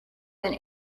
than